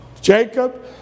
Jacob